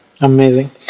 Amazing